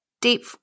deep